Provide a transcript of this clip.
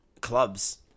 clubs